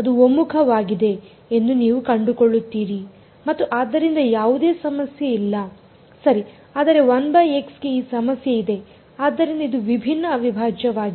ಅದು ಒಮ್ಮುಖವಾಗಿದೆ ಎಂದು ನೀವು ಕಂಡುಕೊಳ್ಳುತ್ತೀರಿ ಮತ್ತು ಆದ್ದರಿಂದ ಯಾವುದೇ ಸಮಸ್ಯೆ ಇಲ್ಲ ಸರಿ ಆದರೆ 1x ಗೆ ಈ ಸಮಸ್ಯೆ ಇದೆ ಆದ್ದರಿಂದ ಇದು ವಿಭಿನ್ನ ಅವಿಭಾಜ್ಯವಾಗಿದೆ